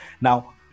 Now